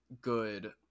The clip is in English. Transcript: good